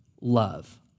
love